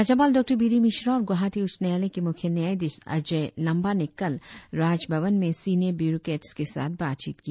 राज्यपाल डॉ B D Mishra और गुवाहाटी उच्च न्यायालय के मुख्य न्यायाधीश अजय लामबा ने कल राजभवन में सिनियर ब्यूरोक्रेट्स के साथ बातचीत की